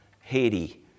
Haiti